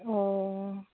ꯑꯣ